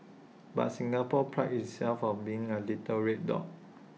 but Singapore prides itself on being A little red dot